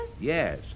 Yes